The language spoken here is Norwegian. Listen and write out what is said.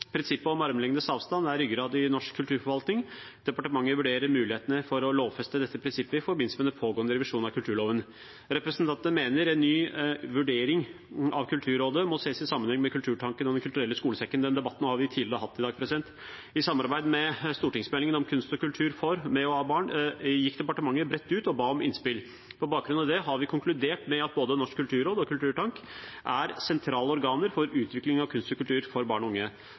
Prinsippet om armlengdes avstand er ryggraden i norsk kulturforvaltning. Departementet vurderer mulighetene for å lovfeste dette prinsippet i forbindelse med den pågående revisjonen av kulturloven. Representantene mener en ny vurdering av Kulturrådet må ses i sammenheng med Kulturtanken og Den kulturelle skolesekken – den debatten har vi hatt tidligere i dag. I arbeidet med stortingsmeldingen om kunst og kultur for, med og av barn og unge gikk departementet bredt ut og ba om innspill. På bakgrunn av det har vi konkludert med at både Norsk kulturråd og Kulturtanken er sentrale organer for utvikling av kunst og kultur for barn og unge.